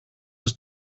was